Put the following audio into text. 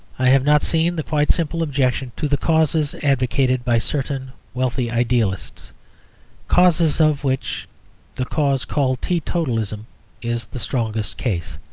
i have not seen the quite simple objection to the causes advocated by certain wealthy idealists causes of which the cause called teetotalism is the strongest case.